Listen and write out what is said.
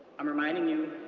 i'm reminding you